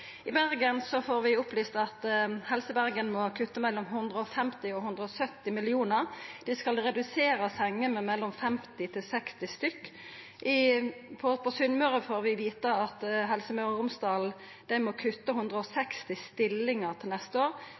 I Bergen får vi opplyst at Helse Bergen må kutta mellom 150 og 170 mill. kr. Dei skal redusera talet på sengar med mellom 50 og 60. Og på Sunnmøre får vi vita at Helse Møre og Romsdal må kutta 160 stillingar til neste år,